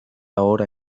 hora